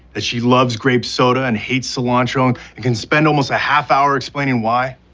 that she loves grape soda and hates cilantro and can spend almost a half hour explaining why?